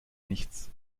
nichts